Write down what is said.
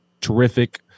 terrific